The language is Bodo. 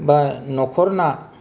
बा न'खरना